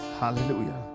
hallelujah